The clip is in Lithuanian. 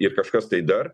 ir kažkas tai dar